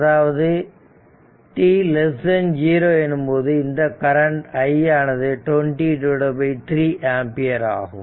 அதாவது t 0 எனும்போது இந்த கரண்ட் i ஆனது 203 ஆம்பியர் ஆகும்